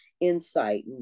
insight